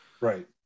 right